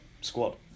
squad